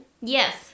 Yes